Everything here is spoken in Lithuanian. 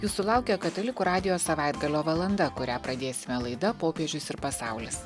jūsų laukia katalikų radijo savaitgalio valanda kurią pradėsime laida popiežius ir pasaulis